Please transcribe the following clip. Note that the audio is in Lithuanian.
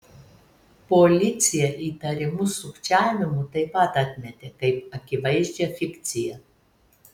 policija įtarimus sukčiavimu taip pat atmetė kaip akivaizdžią fikciją